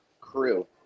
crew